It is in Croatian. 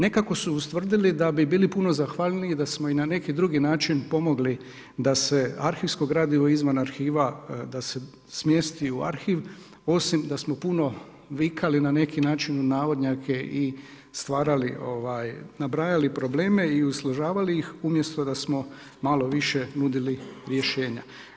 Nekako su ustvrdili da bi bili puno zahvalniji i da smo i na neki drugi način pomogli da se arhivsko gradivo izvan arhiva da se smjesti u arhiv, osim da smo puno vikali na neki način i stvarali, nabrajali probleme i usložavali ih, umjesto da smo malo više nudili rješenja.